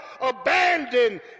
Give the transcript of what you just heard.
abandoned